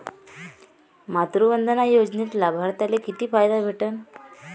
मातृवंदना योजनेत लाभार्थ्याले किती फायदा भेटन?